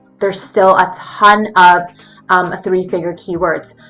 there's still a ton of um three figure keywords.